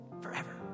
Forever